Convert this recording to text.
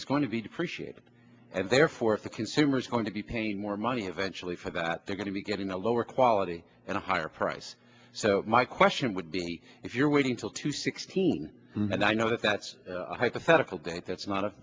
is going to be depreciated and therefore if the consumers are going to be paying more money eventually for that they're going to be getting a lower quality and a higher price so my question would be if you're waiting till two sixteen and i know that that's a hypothetical date that's not